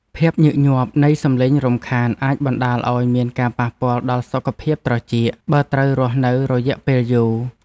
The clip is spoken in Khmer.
ភាពញឹកញាប់នៃសំឡេងរំខានអាចបណ្តាលឱ្យមានការប៉ះពាល់ដល់សុខភាពត្រចៀក បើត្រូវរស់នៅរយៈពេលយូរ។